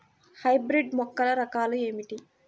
Hybrid మొక్కల రకాలు ఏమిటీ?